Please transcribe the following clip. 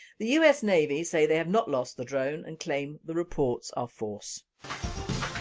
the us navy say they have not lost the drone and claim the reports are false